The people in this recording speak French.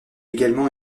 également